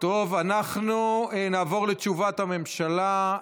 אנחנו נעבור לתשובת הממשלה.